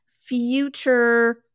future